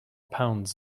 pounds